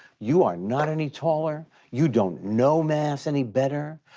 you are not any taller, you don't know mass any better,